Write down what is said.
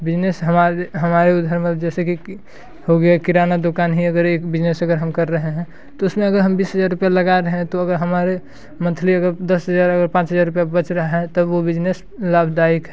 business हमारे हमारे उधर में जैसे कि हो गया किराना दुकान ही अगर एक बिजनेस अगर हम कर रहे हैं तो उसमें अगर हम बीस हज़ार रुपया लगा रहे हैं तो अगर हमारे मंथली अगर दस हज़ार अगर पाँच हज़ार रुपया बच रहा है तब वो बिजेनस लाभदायक है